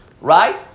right